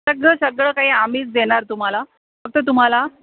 सगळं सगळं काही आम्हीच देणार तुम्हाला फक्त तुम्हाला